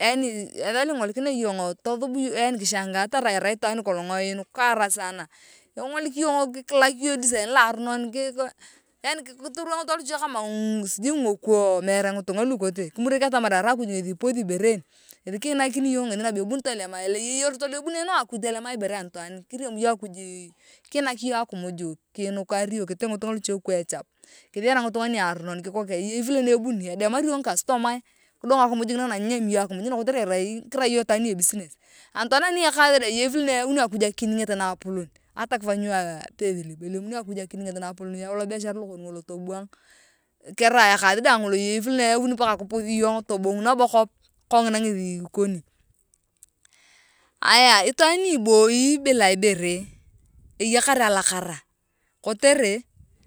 yaani etha loa ingolikinea iyong yaani tothub iyong kishangaa kotere arai itwaan nikolong einukara sana kingolik yong kikilak iyong e design loaronon yaani kitiliwo ngithunga luche ibere kama ngingoko kimuriak atamar arai akuj ngethi ipothi ibore en ngethi kiinakin iyong ngethi nabo ebuni tolema eyei erot lo ebuneneo akuj tolema ibore anitwaan kiriam iyong akuj kiinaki iyong akimuj kiinukar iyong katee ngitunga luche kwa echap kithiyan ngitunga niaronon eyei vile ebuni akuj kidemari iyong ngikastomae kidong akimuj ngina kotere arai kerai iyong itwaaan ni ebusiness anitaan ani ekaath dae eyei vile ni eyauni akuj akininget na apolon ata kipanyi iyong nyo elemuni akuj akininget na apolon yau lo beshar lokoni ngolo tobuang kerai ekaath dang ngolo eyei vile na eyauni paka kiputh iyong tobung napo kop kongina ngethi ikoni aya itwaan ni iboi bila ibore eyakar alakara kotere.